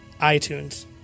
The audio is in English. iTunes